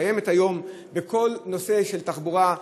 הקיימת היום בכל הנושא של תחבורה,